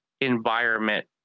environment